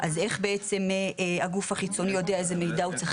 אז איך בעצם הגוף החיצוני יודע איזה מידע הוא צריך